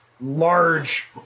large